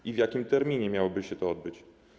I w jakim terminie miałoby się to odbyć?